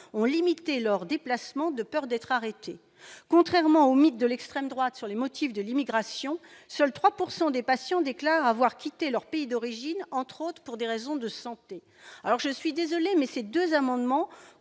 ont limité leurs déplacements, de peur d'être arrêtés, contrairement au mythe de l'extrême droite sur les motifs de l'immigration, seuls 3 pourcent des patients déclare avoir quitté leur pays d'origine, entre autres, pour des raisons de santé, alors je suis désolé mais ces 2 amendements